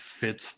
fits